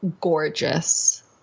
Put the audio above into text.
Gorgeous